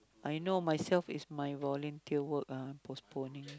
I know myself is my volunteer work ah postponing